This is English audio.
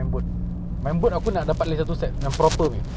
ikan todak kau nak kena bawa ni jer pokok pisang